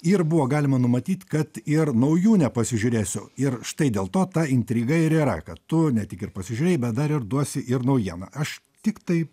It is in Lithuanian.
ir buvo galima numatyti kad ir naujų nepasižiūrėsiu ir štai dėl to ta intriga ir yra kad tu ne tik ir pasižiūrėjai bet dar ir duosi ir naujieną aš tiktai